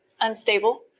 unstable